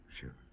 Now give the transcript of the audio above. Sure